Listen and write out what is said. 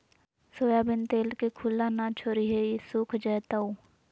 soybean तेल के खुल्ला न छोरीहें ई सुख जयताऊ